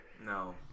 No